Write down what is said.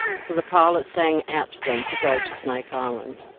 so the pilot sang out to them to go to snake island.